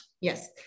Yes